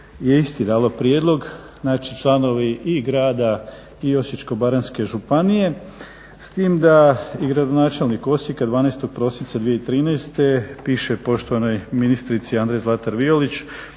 je isti dalo prijedlog. Znači, članovi i grada i Osječko-baranjske županije s tim da i gradonačelnik Osijeka 12. prosinca 2013. piše poštovanoj ministrici Andrei Zlatar Violić.